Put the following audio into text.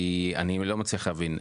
כי אני לא מצליח להבין.